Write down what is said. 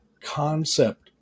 concept